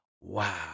Wow